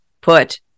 put